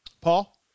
Paul